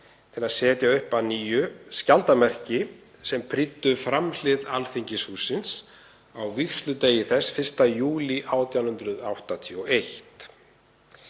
til að setja upp að nýju skjaldarmerki sem prýddu framhlið Alþingishússins á vígsludegi þess 1. júlí 1881.“